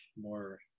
more